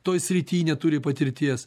toje srity neturi patirties